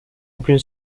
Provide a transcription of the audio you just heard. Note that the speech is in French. aucune